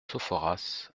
sophoras